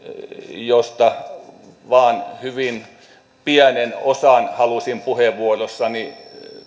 josta vain hyvin pienen osan halusin puheenvuorossani